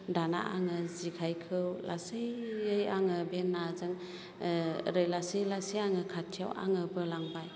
दाना आङो जेखाइखौ लासैयै आङो बे नाजों ओरै लासै लासै आङो खाथियाव आङो बोलांबाय